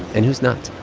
and who's not.